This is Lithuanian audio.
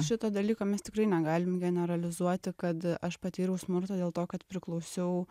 šito dalyko mes tikrai negalim generalizuoti kad aš patyriau smurtą dėl to kad priklausiau